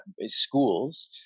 schools